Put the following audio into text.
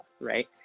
right